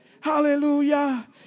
Hallelujah